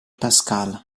pascal